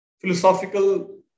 philosophical